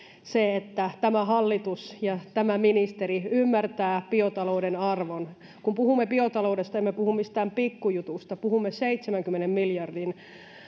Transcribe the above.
se että tämä hallitus ja tämä ministeri ymmärtävät biotalouden arvon kun puhumme biotaloudesta emme puhu mistään pikkujutusta puhumme seitsemänkymmenen miljardin